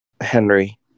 Henry